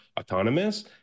autonomous